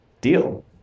Deal